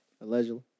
Allegedly